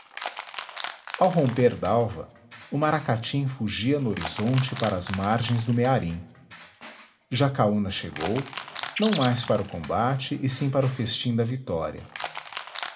ao romper dalva o maracatim fugia no horizonte para as margens do mearim jacaúna chegou não mais para o combate e sim para o festim da vitória